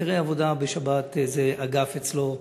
היתרי עבודה בשבת זה אגף אצלו,